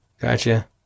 Gotcha